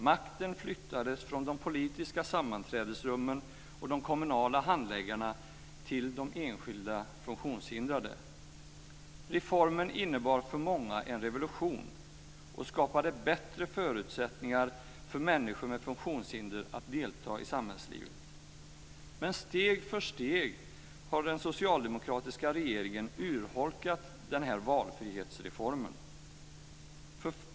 Makten flyttades från de politiska sammanträdesrummen och de kommunala handläggarna till de enskilda funktionshindrade. Reformen innebar för många en revolution och skapade bättre förutsättningar för människor med funktionshinder att delta i samhällslivet. Men steg för steg har den socialdemokratiska regeringen urholkat den här valfrihetsreformen.